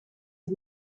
het